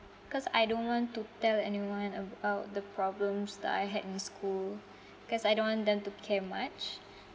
cause I don't want to tell anyone about the problems that I had in school cause I don't want them to care much